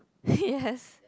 yes